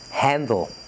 handle